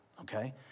okay